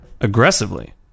aggressively